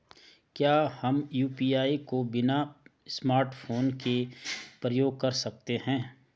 क्या हम यु.पी.आई को बिना स्मार्टफ़ोन के प्रयोग कर सकते हैं?